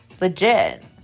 Legit